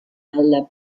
alla